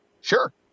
Sure